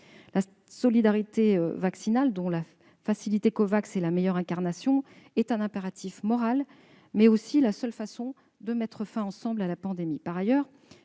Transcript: La solidarité vaccinale, dont la facilité Covax est la meilleure incarnation, est un impératif moral, mais aussi la seule façon de mettre fin, ensemble, à la pandémie.